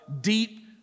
deep